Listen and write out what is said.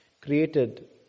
created